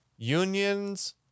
unions